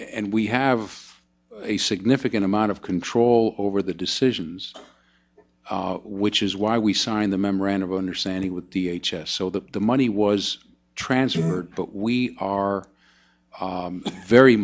and we have a significant amount of control over the decisions which is why we signed the memorandum of understanding with the h s so that the money was transferred but we are very